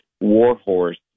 Warhorse